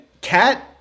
Cat